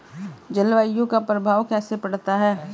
जलवायु का प्रभाव कैसे पड़ता है?